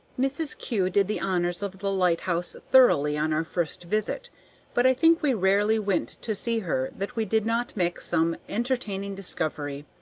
mrs. kew did the honors of the lighthouse thoroughly on our first visit but i think we rarely went to see her that we did not make some entertaining discovery.